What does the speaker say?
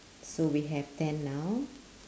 so we have ten now